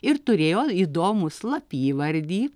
ir turėjo įdomų slapyvardį